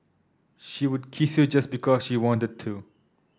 she would kiss you just because she wanted to